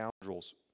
scoundrels